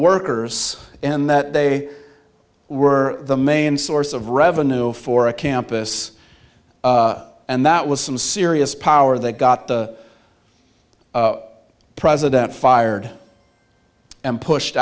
workers in that they were the main source of revenue for a campus and that was some serious power they got the president fired and pushed